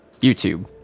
YouTube